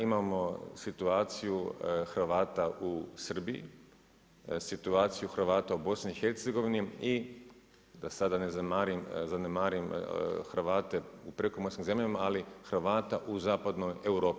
Imamo situaciju Hrvata u Srbiji, situaciju Hrvata u BiH-a i da sada ne zanemarim Hrvate u prekomorskim zemljama, ali Hrvata u zapadnoj Europi.